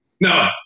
No